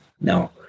No